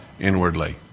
inwardly